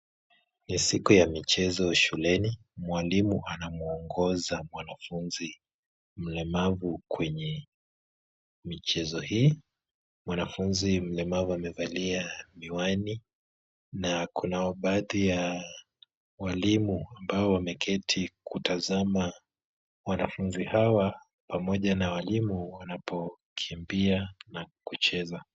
Ni siku ya michezo shuleni. Mwalimu anamwongoza mwanafunzi mlemavu kwenye michezo hii. Mwanafunzi mlemavu amevalia miwani na Kuna baadhi ya walimu ambao wameketi kutazama wanafunzi hawa pamoja na walimu wanapokimbia na kucheza.